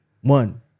One